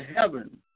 heaven